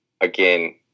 again